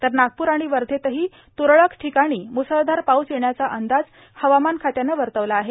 तर नागप्र आणि वर्धेतही तुरळक ठिकाणी मुसळधार पाऊस येण्याचा अंदाज हवामान खात्यानं वर्तवला आहे